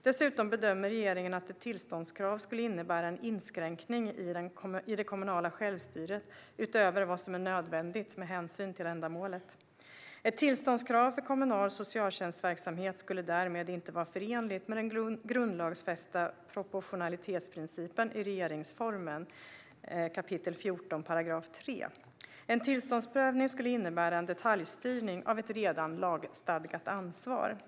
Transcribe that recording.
Dessutom bedömer regeringen att ett tillståndskrav skulle innebära en inskränkning i det kommunala självstyret utöver vad som är nödvändigt med hänsyn till ändamålet. Ett tillståndskrav för kommunal socialtjänstverksamhet skulle därmed inte vara förenligt med den grundlagsfästa proportionalitetsprincipen i regeringsformen 14 kap. 3 §. En tillståndsprövning skulle innebära en detaljstyrning av ett redan lagstadgat ansvar.